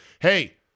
Hey